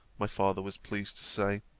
my father was pleased to say